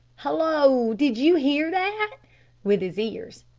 hallo! did you hear that? with his ears.